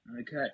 Okay